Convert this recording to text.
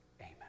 Amen